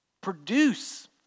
Produce